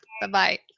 Bye-bye